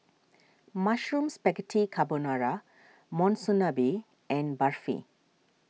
Mushroom Spaghetti Carbonara Monsunabe and Barfi